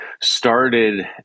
started